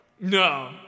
No